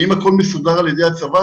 האם הכול מסודר על-ידי הצבא?